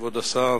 כבוד השר,